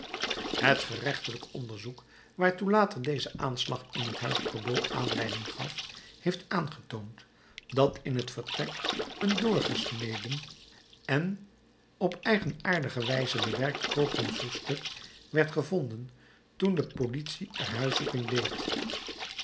het gerechtelijk onderzoek waartoe later deze aanslag in het huis gorbeau aanleiding gaf heeft aangetoond dat in het vertrek een doorgesneden en op eigenaardige wijs bewerkt koperen soustuk werd gevonden toen de politie er huiszoeking deed